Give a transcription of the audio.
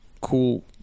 cool